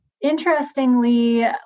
Interestingly